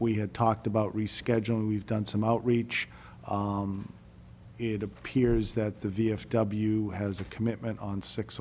we had talked about rescheduling we've done some outreach it appears that the v f w has a commitment on six